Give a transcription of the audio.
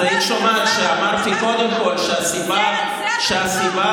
אז היית שומעת שאמרתי קודם כול שהסיבה הראשית,